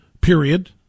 period